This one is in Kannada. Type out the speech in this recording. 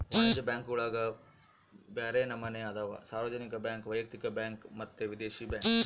ವಾಣಿಜ್ಯ ಬ್ಯಾಂಕುಗುಳಗ ಬ್ಯರೆ ನಮನೆ ಅದವ, ಸಾರ್ವಜನಿಕ ಬ್ಯಾಂಕ್, ವೈಯಕ್ತಿಕ ಬ್ಯಾಂಕ್ ಮತ್ತೆ ವಿದೇಶಿ ಬ್ಯಾಂಕ್